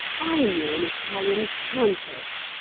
i knew an italian countess,